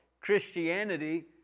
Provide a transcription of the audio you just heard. Christianity